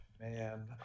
man